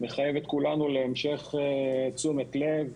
מחייב את כולנו להמשך תשומת לב,